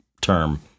term